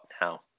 now